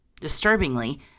Disturbingly